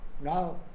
Now